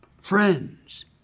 friends